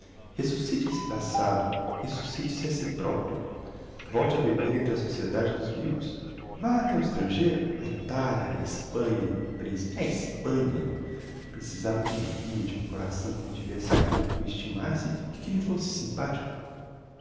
resuscite esse passado resuscite se a si proprio volte a viver entre a sociedade dos vivos vá até ao estrangeiro á italia á hespanha principe á hespanha precisava de um guia de um coração que lhe tivesse amor que o estimasse e que lhe fosse simpathico